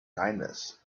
kindness